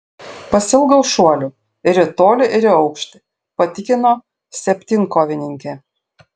pasiilgau šuolių ir į tolį ir į aukštį patikino septynkovininkė